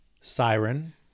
Siren